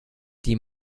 die